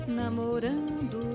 namorando